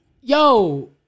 yo